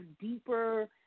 deeper